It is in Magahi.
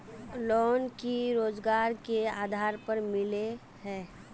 लोन की रोजगार के आधार पर मिले है?